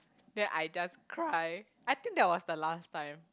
then I just cried I think that was the last time